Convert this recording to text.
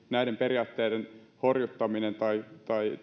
näiden periaatteiden horjuttaminen tai tai